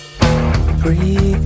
Breathe